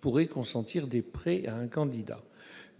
pourraient consentir des prêts à un candidat.